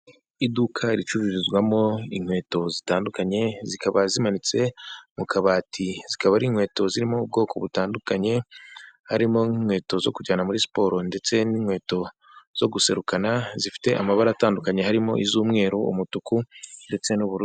Iduka ricururizwamo inkweto zitandukanye zikaba zimanitse mu kabati zikaba ari inkweto zirimo ubwoko butandukanye, harimo n'inkweto zo kujyana muri siporo ndetse n'inkweto zoserukana zifite amabara atandukanye harimo iz'umweru, umutuku ndetse n'ubururu.